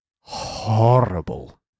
horrible